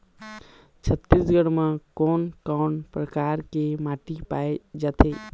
छत्तीसगढ़ म कोन कौन प्रकार के माटी पाए जाथे?